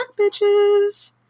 bitches